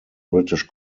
british